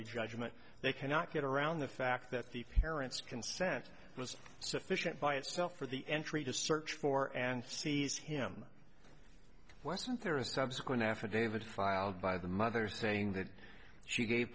judgment they cannot get around the fact that the parents consent was sufficient by itself for the entry to search for and seize him wesson there is subsequent affidavit filed by the mother saying that she gave